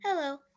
Hello